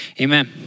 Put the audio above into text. Amen